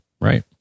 right